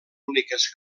úniques